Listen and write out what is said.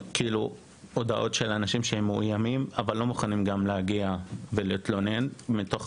נמצאים הם גם לא מוכנים להגיע ולהתלונן.